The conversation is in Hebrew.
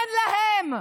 אין להם.